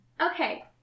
Okay